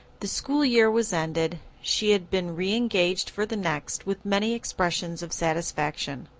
the school year was ended, she had been reengaged for the next, with many expressions of satisfaction.